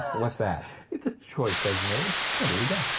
what's that? it's a choice i've made. don't do it again.